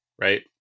right